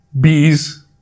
bees